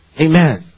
Amen